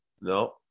No